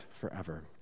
forever